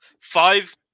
five